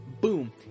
boom